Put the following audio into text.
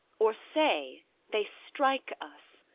or say they strike us,